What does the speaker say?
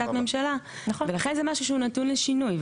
ממשלה ולכן זה משהו שהוא נתון לשינוי.